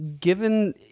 given